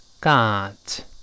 got